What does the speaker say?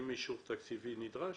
עם אישור תקציבי נדרש,